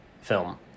film